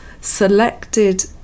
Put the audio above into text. selected